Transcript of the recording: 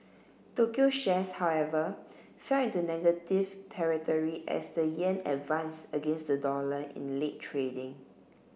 Tokyo shares however fell into negative territory as the yen advance against the dollar in late trading